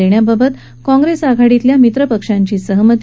देण्याबाबत काँग्रेस आघाडीतल्या मित्रपक्षांची सहमती